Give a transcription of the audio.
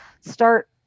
start